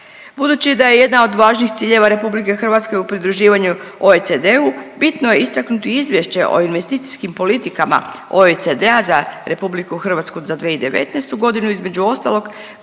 Budući da je jedna od važnijih ciljeva RH u pridruživanju OECD-u bitno je istaknuto izvješće o investicijskim politikama OECD-a za RH za 2019.g., između ostalog